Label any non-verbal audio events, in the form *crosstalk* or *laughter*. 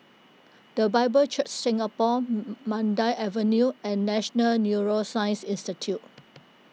the Bible Church Singapore *hesitation* Mandai Avenue and National Neuroscience Institute